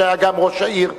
שהיה גם ראש העיר רעננה.